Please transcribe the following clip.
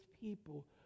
people